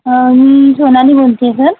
मी सोनाली बोलते आहे सर